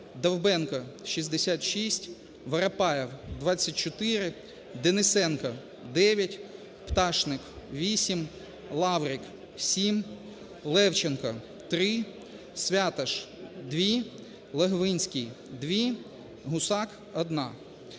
Довбенко – 66, Воропаєв – 24, Денисенко – 9, Пташник – 8, Лаврик – 7, Левченко – 3, Святаш – 2, Логвинський – 2, Гусак – 1.